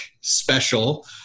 special